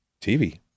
TV